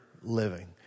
living